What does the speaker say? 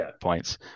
points